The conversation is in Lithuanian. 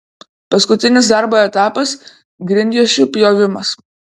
paskutinis darbo etapas grindjuosčių pjovimas